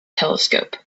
telescope